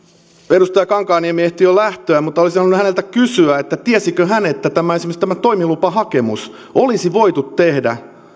edustaja kankaanniemi ehti jo lähteä mutta olisin halunnut häneltä kysyä tiesikö hän että esimerkiksi tämä toimilupahakemus olisi voitu tehdä